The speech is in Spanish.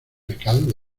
pecado